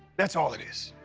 that's all it is.